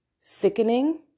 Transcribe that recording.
sickening